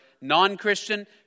non-Christian